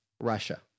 Russia